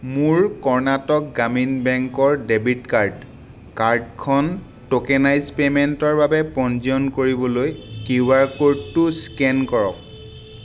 মোৰ কৰ্ণাটক গ্ৰামীণ বেংকৰ ডেবিট কাৰ্ড কাৰ্ডখন ট'কেনাইজ্ড পে'মেণ্টৰ বাবে পঞ্জীয়ন কৰিবলৈ কিউআৰ ক'ডটো স্কেন কৰক